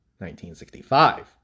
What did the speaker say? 1965